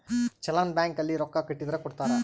challan bank ಅಲ್ಲಿ ರೊಕ್ಕ ಕಟ್ಟಿದರ ಕೋಡ್ತಾರ